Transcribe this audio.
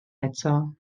eto